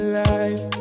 life